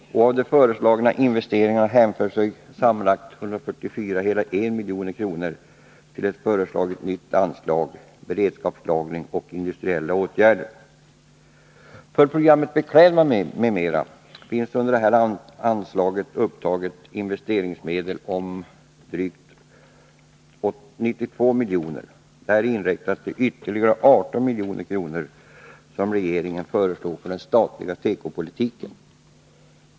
Av de föreslagna investeringarna hänför sig sammanlagt 144,1 milj.kr. till ett föreslaget nytt anslag, Beredskapslagring och industriella åtgärder. För programmet Beklädnad m.m. finns under nämnda anslag upptaget investeringsmedel på 92,1 milj.kr., däri inräknat ytterligare 18 milj.kr. som regeringen föreslår för den statliga tekopolitiken.